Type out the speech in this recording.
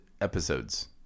episodes